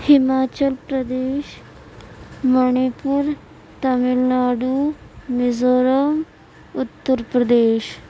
Himachal Pradesh Manipur Tamil Nadu Mizoram Uttar Pradesh